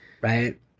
right